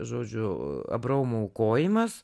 žodžiu abraomo aukojimas